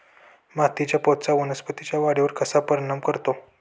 मातीच्या पोतचा वनस्पतींच्या वाढीवर कसा परिणाम करतो?